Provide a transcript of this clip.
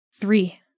Three